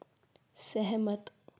सहमत